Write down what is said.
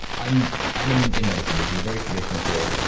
i'm i'm in in medicine, which is a very traditional field,